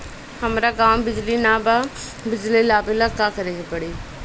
हमरा गॉव बिजली न बा बिजली लाबे ला का करे के पड़ी?